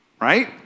right